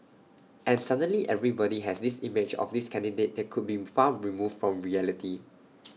and suddenly everybody has this image of this candidate that could been farm removed from reality